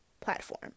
platform